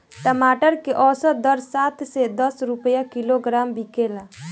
टमाटर के औसत दर सात से दस रुपया किलोग्राम बिकला?